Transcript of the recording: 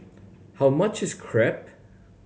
how much is Crepe